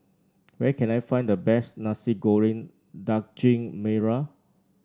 where can I find the best Nasi Goreng Daging Merah